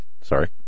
Sorry